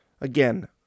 again